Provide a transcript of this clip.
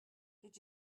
did